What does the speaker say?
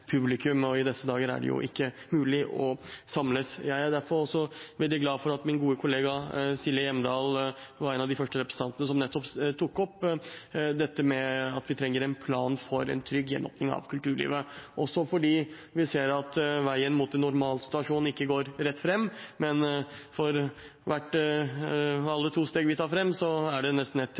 publikum, og i disse dager er det jo ikke mulig å samles. Jeg er derfor veldig glad for at min gode kollega Silje Hjemdal var en av de første representantene som tok opp nettopp det at vi trenger en plan for en trygg gjenåpning av kulturlivet, også fordi vi ser at veien mot en normalsituasjon ikke går rett fram, men for alle to steg vi tar fram, er det nesten ett